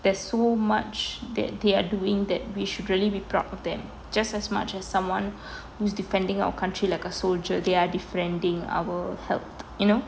there's so much that they are doing that we should really be proud of them just as much as someone who's defending our country like a soldier they are defending our health you know